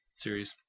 series